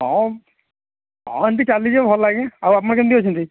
ହଁ ହଁ ଏମିତି ଚାଲିଛି ଭଲ ଆଜ୍ଞା ଆଉ ଆପଣ କେମିତି ଅଛନ୍ତି